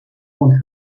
want